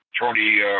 Tony